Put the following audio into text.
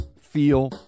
feel